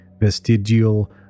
vestigial